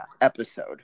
episode